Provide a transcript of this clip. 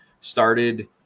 started